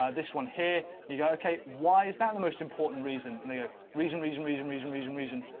ah this one, here you go, okay. why is that the most important reason and the ah reason, reason, reason, reason, reason reason.